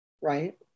right